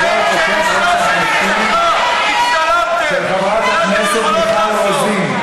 פרלמנטרית בעקבות היקף רצח הנשים של חברת הכנסת מיכל רוזין.